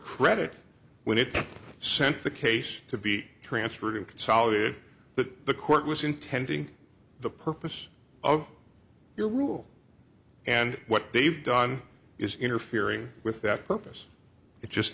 credit when it sent the case to be transferred in consolidated that the court was intending the purpose of your rule and what they've done is interfering with that purpose it just